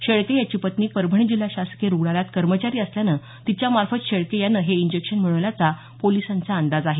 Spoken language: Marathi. शेळके याची पत्नी परभणी जिल्हा शासकीय रुग्णालयात कर्मचारी असल्यानं तिच्यामार्फत शेळके यानं हे इंजेक्शन मिळवल्याचा पोलिसांचा अंदाज आहे